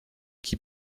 qui